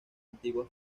antigua